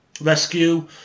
rescue